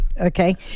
Okay